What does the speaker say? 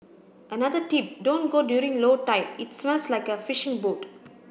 another tip don't go during low tide it smells like a fishing boat